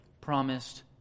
promised